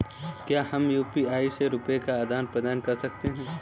क्या हम यू.पी.आई से रुपये का आदान प्रदान कर सकते हैं?